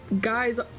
guys